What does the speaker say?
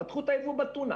פתחו את הייבוא בטונה.